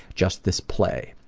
just this play.